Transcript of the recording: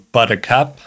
Buttercup